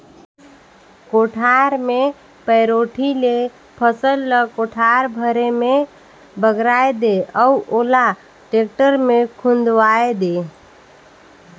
कोठार मे पैरोठी ले फसल ल कोठार भरे मे बगराय दे अउ ओला टेक्टर मे खुंदवाये दे